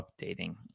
updating